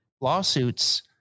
lawsuits